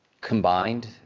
Combined